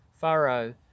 furrow